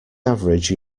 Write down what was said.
average